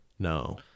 No